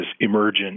emergent